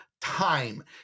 time